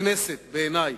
בכנסת בעיני,